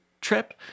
Trip